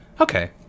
Okay